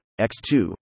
X2